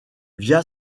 via